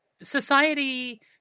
Society